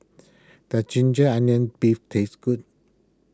does Ginger Onions Beef taste good